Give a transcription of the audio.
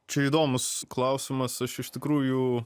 čia įdomus klausimas aš iš tikrųjų